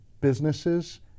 businesses